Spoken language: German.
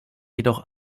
jedoch